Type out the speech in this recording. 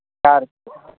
charge